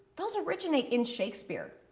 those originate in shakespeare.